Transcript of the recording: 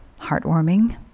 heartwarming